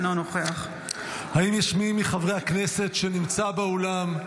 אינו נוכח האם יש מי מחברי הכנסת שנמצא באולם,